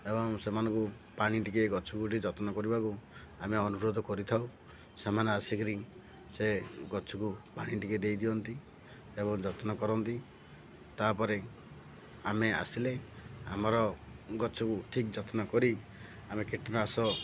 ଏବଂ ସେମାନଙ୍କୁ ପାଣି ଟିକେ ଗଛକୁ ଟିକେ ଯତ୍ନ କରିବାକୁ ଆମେ ଅନୁରୋଧ କରିଥାଉ ସେମାନେ ଆସିକିରି ସେ ଗଛକୁ ପାଣି ଟିକେ ଦେଇଦିଅନ୍ତି ଏବଂ ଯତ୍ନ କରନ୍ତି ତା'ପରେ ଆମେ ଆସିଲେ ଆମର ଗଛକୁ ଠିକ ଯତ୍ନ କରି ଆମେ କୀଟନାଶ